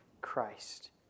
Christ